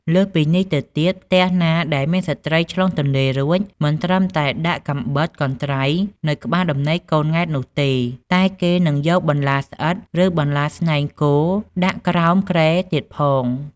លើសពីនេះទៅទៀតផ្ទះណាដែលមានស្ត្រីឆ្លងទន្លេរួច មិនត្រឹមតែដាក់កាំបិត កន្ត្រៃនៅក្បាលដំណេកកូនង៉ែតនោះទេ តែគេនឹងយកបន្លាស្អិត ឬបន្លាស្នែងគោដាក់ក្រោមគ្រែទៀតផង។